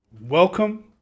welcome